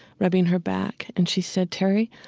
rubbing her back and she said, terry,